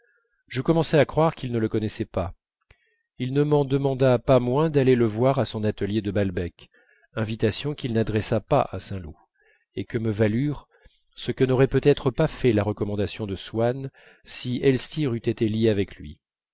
je commençai à croire qu'il ne le connaissait pas il ne m'en demanda pas moins d'aller le voir à son atelier de balbec invitation qu'il n'adressa pas à saint loup et que me valurent ce que n'aurait peut-être pas fait la recommandation de swann si elstir eût été lié avec lui